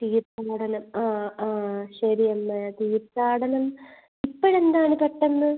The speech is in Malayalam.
തീർത്ഥാടനം ആ ആ ശരി അമ്മ തീർത്ഥാടനം ഇപ്പോഴെന്താണ് പെട്ടന്ന്